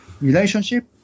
relationship